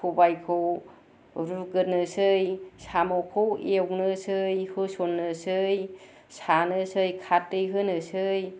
सबायखौ रुग्रोनोसै साम'खौ एउनोसै होसन्नोसै सानोसै खारदै होनोसै